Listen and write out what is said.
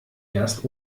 erst